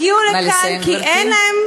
הגיעו לכאן כי אין להם